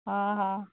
ହଁ ହଁ